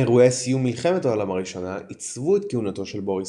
אירועי סיום מלחמת העולם הראשונה עיצבו את כהונתו של בוריס